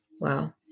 Wow